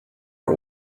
are